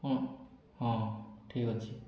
ହଁ ହଁ ଠିକ ଅଛି